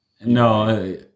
No